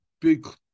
big